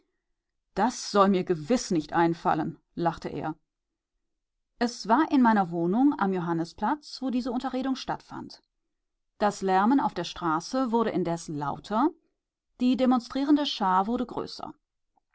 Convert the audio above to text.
das soll mir gewiß nicht einfallen lachte er es war in meiner wohnung am johannisplatz wo diese unterredung stattfand das lärmen auf der straße wurde indes lauter die demonstrierende schar wurde größer